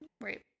right